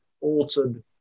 altered